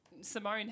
Simone